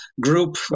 group